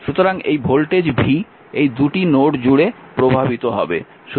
সুতরাং এই voltage v এই 2টি নোড জুড়ে প্রভাবিত হবে